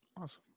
Awesome